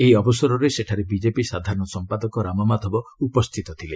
ଏହି ଅବସରରେ ସେଠାରେ ବିଜେପି ସାଧାରଣ ସମ୍ପାଦକ ରାମମାଧବ ଉପସ୍ଥିତ ଥିଲେ